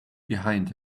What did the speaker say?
behind